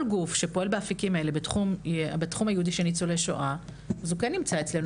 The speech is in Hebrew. כל גוף שפועל באפיקים אלו בתחום של ניצולי שואה הוא כן נמצא אצלנו,